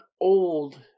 old